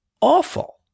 awful